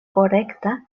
korekta